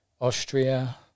Austria